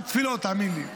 רק תפילות, תאמין לי.